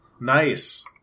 Nice